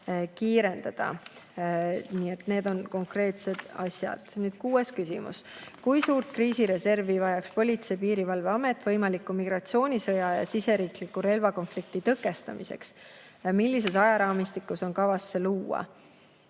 kiirendada. Nii et need konkreetsed asjad. Nüüd, kuues küsimus: "Kui suurt kriisireservi vajaks Politsei- ja Piirivalveamet võimaliku migratsioonisõja ja siseriikliku relvakonflikti tõkestamiseks? Millises ajaraamistikus on kavas see luua?"